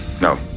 No